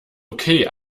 okay